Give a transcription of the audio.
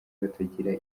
batagira